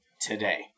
today